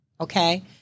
Okay